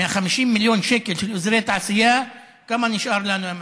מה-50 מיליון שקל של אזורי תעשייה כמה נשאר לנו,